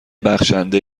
بخشنده